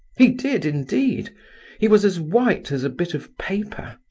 he did indeed he was as white as a bit of paper.